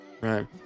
right